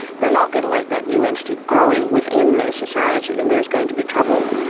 they're not going to like that new entity growing within their society, and there is going to be trouble.